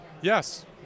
Yes